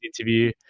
interview